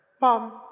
Mom